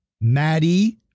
Maddie